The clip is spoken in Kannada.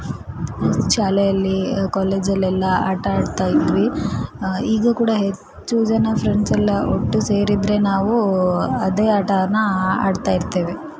ಶಾಲೆಯಲ್ಲಿ ಕಾಲೇಜಲ್ಲೆಲ್ಲ ಆಟಾಡ್ತಾ ಇದ್ವಿ ಈಗ ಕೂಡ ಹೆಚ್ಚು ಜನ ಫ್ರೆಂಡ್ಸೆಲ್ಲ ಒಟ್ಟು ಸೇರಿದರೆ ನಾವು ಅದೇ ಆಟಾನ ಆಡ್ತಾ ಇರ್ತೇವೆ